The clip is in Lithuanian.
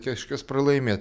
kažkas pralaimėt